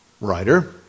writer